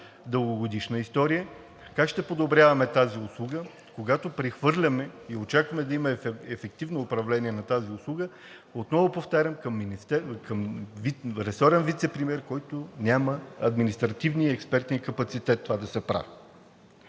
дългогодишна история? Как ще подобряваме тази услуга, когато прехвърляме и очакваме да има ефективно управление на тази услуга, отново повтарям, към ресорен вицепремиер, който няма административния и експертния капацитет това да се прави?